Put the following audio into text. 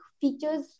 features